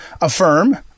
affirm